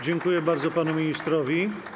Dziękuję bardzo panu ministrowi.